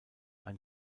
ein